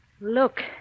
Look